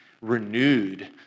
renewed